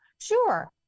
Sure